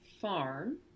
farm